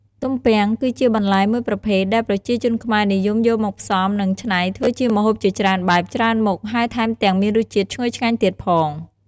ទំពាំង គឺជាបន្លែមួយប្រភេទ ដែលប្រជាជនខ្មែរនិយមយកមកផ្សំ និងច្នៃធ្វើជាម្ហូបជាច្រើនបែប ច្រើនមុខ ហើយថែមទាំងមានរសជាតិឈ្ងុយឆ្ងាញ់ទៀតផង។